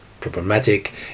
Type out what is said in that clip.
problematic